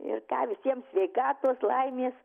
ir ką visiem sveikatos laimės